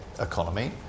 economy